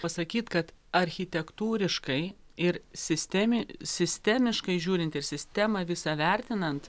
pasakyt kad architektūriškai ir sistemi sistemiškai žiūrint ir sistemą visą vertinant